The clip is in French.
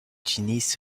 tunis